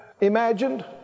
imagined